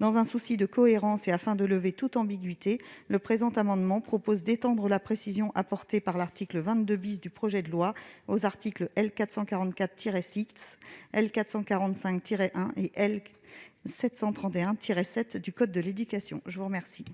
Dans un souci de cohérence et afin de lever toute ambiguïté, le présent amendement a pour objet d'étendre la précision apportée par l'article 22 du projet de loi aux articles L. 444-6, L. 445-1 et L. 731-7 du code de l'éducation. Quel